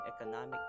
economic